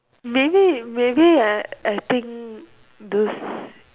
maybe maybe I I think those